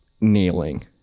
kneeling